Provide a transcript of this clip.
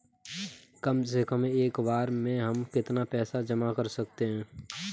कम से कम एक बार में हम कितना पैसा जमा कर सकते हैं?